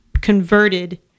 converted